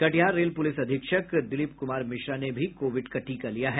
Katihar rail police अधीक्षक दिलीप कुमार मिश्रा ने भी कोविड का टीका लिया है